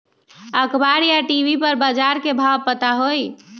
अखबार या टी.वी पर बजार के भाव पता होई?